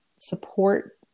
support